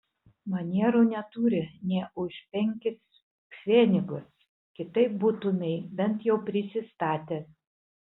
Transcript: manierų neturi nė už penkis pfenigus kitaip būtumei bent jau prisistatęs